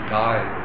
die